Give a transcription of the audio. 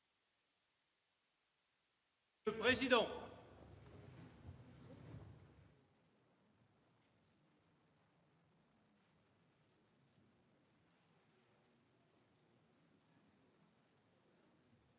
Monsieur le président,